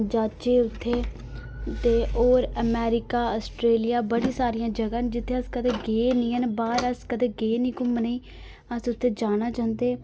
जाह्चे उत्थै ते और अमेरिका अस्ट्रेलिया बड़ी सारियां जगहां न जित्थै अस कदें गे गै नेईं बाह्र अस कदें गे नेईं घूमने गी अस उत्थै जाना चांहदे